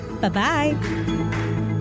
Bye-bye